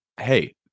hey